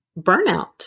burnout